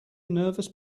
nervous